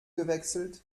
gewechselt